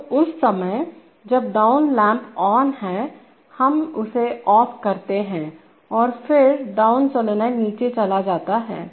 तो उस समय जब डाउन लैंप ऑन होता है हम उसे ऑफ करते हैं और फिर डाउन सोलेनाइड नीचे चला जाता है